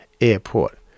airport